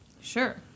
Sure